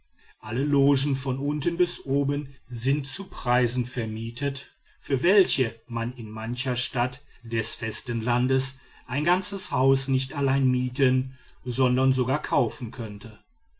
alle logen von unten bis oben sind zu preisen vermietet für welche man in mancher stadt des festen landes ein ganzes haus nich allein mieten sondern sogar kaufen könnte